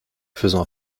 faisant